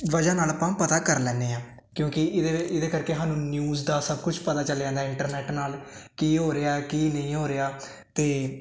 ਵਜਹਾ ਨਾਲ ਆਪਾਂ ਪਤਾ ਕਰ ਲੈਨੇ ਆ ਕਿਉਂਕਿ ਇਹਦੇ ਇਹਦੇ ਕਰਕੇ ਸਾਨੂੰ ਨਿਊਜ਼ ਦਾ ਸਭ ਕੁਝ ਪਤਾ ਚੱਲ ਜਾਂਦਾ ਇੰਟਰਨੈਟ ਨਾਲ ਕੀ ਹੋ ਰਿਹਾ ਕੀ ਨਹੀਂ ਹੋ ਰਿਹਾ ਤੇ